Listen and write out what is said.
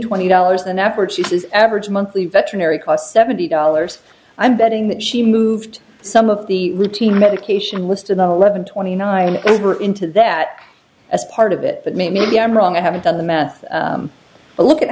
twenty dollars than average she says average monthly veterinary cost seventy dollars i'm betting that she moved some of the routine medication list in the eleven twenty nine and over into that as part of it but maybe i'm wrong i haven't done the math but look at